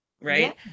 right